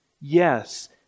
yes